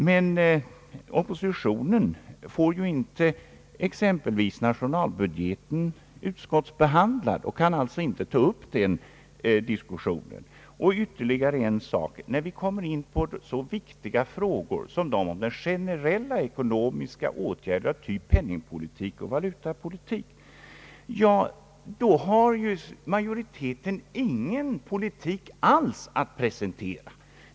Men oppositionen får ju inte exempelvis nationalbudgeten utskotisbehandlad och kan alltså inte ta upp denna till diskussion i utskott. Så ytterligare en synpunkt på de viktiga frågorna om generella ekonomiska åtgärder av ett slag som hör hemma inom penningoch valutapolitiken. I detta avseende har majoriteten inte någon politik alls att presentera.